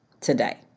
today